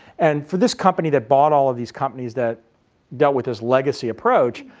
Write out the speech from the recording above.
and for this company that bought all of these companies that dealt with this legacy approach,